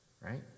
right